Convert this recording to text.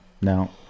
No